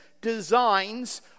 designs